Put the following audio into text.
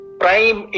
prime